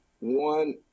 one